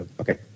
Okay